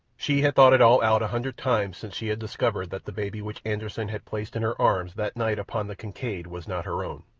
she had thought it all out a hundred times since she had discovered that the baby which anderssen had placed in her arms that night upon the kincaid was not her own,